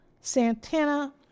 Santana